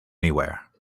anywhere